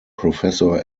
professor